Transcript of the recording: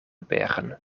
bergen